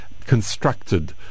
constructed